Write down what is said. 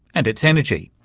and its energy.